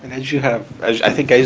and you have, i think,